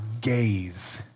gaze